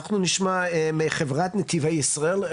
אנחנו נשמע מחברת נתיבי ישראל.